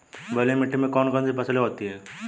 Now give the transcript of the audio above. बलुई मिट्टी में कौन कौन सी फसलें होती हैं?